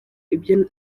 ibyo